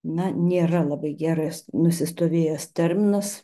na nėra labai geras nusistovėjęs terminas